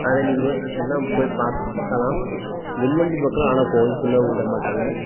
அதை நீங்கள் எல்லாம் போய் பார்க்கலாம் வெளில இருந்து பார்க்கலாம் ஆனால் கோவில்குள்ள விட மாட்டாங்க